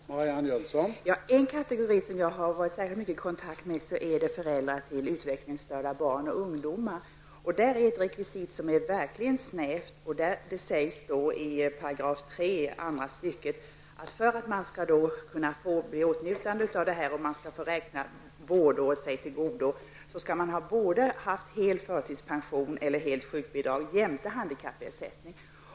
Herr talman! En kategori av människor som jag har varit särskilt mycket i kontakt med är föräldrar till utvecklingsstörda barn och ungdomar. I fråga om dessa är rekvisitet verkligen snävt. Det sägs i 3 § andra stycket att man, för att komma i åtnjutande av detta pensionstillägg och få räkna vårdår till godo, skall ha haft både hel förtidspension eller helt sjukbidrag jämte handikappersättning.